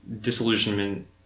disillusionment